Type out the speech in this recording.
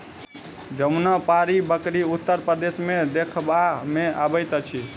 जमुनापारी बकरी उत्तर प्रदेश मे देखबा मे अबैत अछि